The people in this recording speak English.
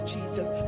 Jesus